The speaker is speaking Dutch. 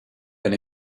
ben